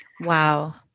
Wow